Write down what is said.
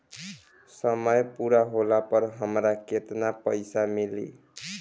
समय पूरा होला पर हमरा केतना पइसा मिली?